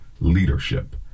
Leadership